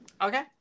Okay